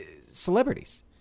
celebrities